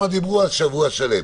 שם דיברו על שבוע שלם.